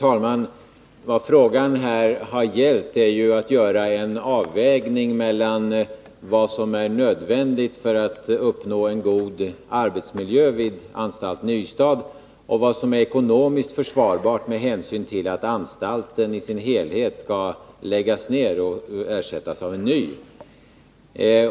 Herr talman! Det har gällt att göra en avvägning mellan vad som är nödvändigt för att uppnå en god arbetsmiljö vid anstalten i Ystad och vad som är ekonomiskt försvarbart med hänsyn till att anstalten i sin helhet skall läggas ner och ersättas av en ny.